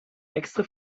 extra